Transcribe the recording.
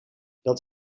dat